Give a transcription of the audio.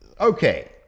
okay